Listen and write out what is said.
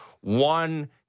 One